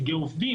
נציגי עובדים,